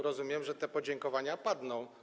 Rozumiem, że te podziękowania padną.